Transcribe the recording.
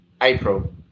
April